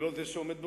ולא זה שעומד בראשה,